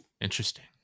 Interesting